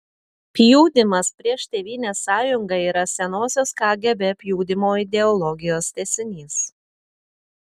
pjudymas prieš tėvynės sąjungą yra senosios kgb pjudymo ideologijos tęsinys